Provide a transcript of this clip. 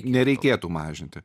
nereikėtų mažinti